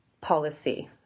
policy